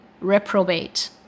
reprobate